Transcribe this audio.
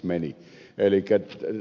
elikkä läskiksi meni